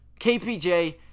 kpj